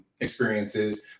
experiences